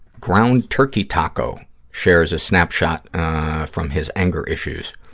ground turkey taco shares a snapshot from his anger issues.